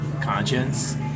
conscience